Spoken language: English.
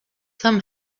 some